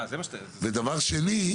דבר שני,